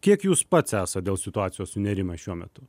kiek jūs pats esat dėl situacijos sunerimęs šiuo metu